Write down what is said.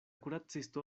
kuracisto